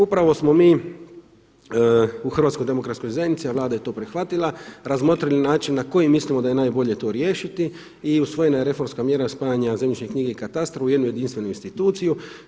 Upravo smo mi u Hrvatskoj demokratskoj zajednici, a Vlada je to prihvatila razmotrili način na koji mislimo da je najbolje to riješiti i usvojena je reformska mjera spajanja zemljišne knjige i katastra u jednu jedinstvenu instituciju.